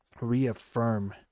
reaffirm